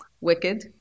Wicked